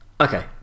Okay